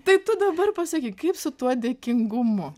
tai tu dabar pasakyk kaip su tuo dėkingumu